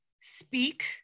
speak